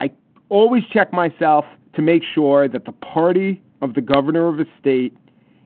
i always check myself to make sure that the party of the governor of a state